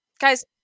guys